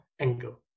angle